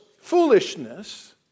foolishness